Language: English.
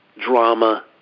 drama